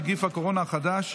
נגיף הקורונה החדש)